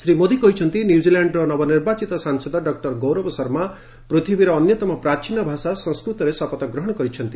ଶ୍ରୀ ମୋଦି କହିଛନ୍ତି ନ୍ୟୁଜିଲ୍ୟାଣ୍ଡର ନବନିର୍ବାଚିତ ସାଂସଦ ଡକ୍କର ଗୌରବ ଶର୍ମା ପୃଥିବୀର ଅନ୍ୟତମ ପ୍ରାଚୀନ ଭାଷା ସଂସ୍କୃତରେ ଶପଥ ଗ୍ରହଣ କରିଛନ୍ତି